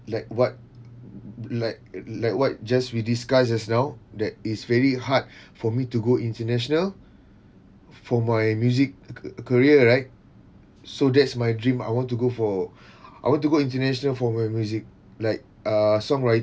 like what like like what just we discuss just now that is very hard for me to go international for my music ca~ career right so that's my dream I want to go for I want to go international for my music like uh songwriting